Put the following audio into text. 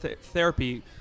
therapy